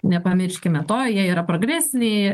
nepamirškime to jie yra progresiniai